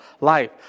life